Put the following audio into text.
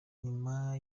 nyuma